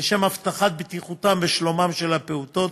לשם הבטחת בטיחותם ושלומם של הפעוטות.